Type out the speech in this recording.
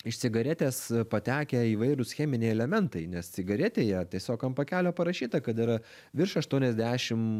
iš cigaretės patekę įvairūs cheminiai elementai nes cigaretėje tiesiog ant pakelio parašyta kad yra virš aštuoniasdešim